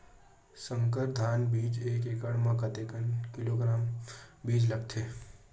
संकर धान बीज एक एकड़ म कतेक किलोग्राम बीज लगथे?